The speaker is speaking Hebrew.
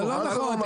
אל תגיד לא נכון.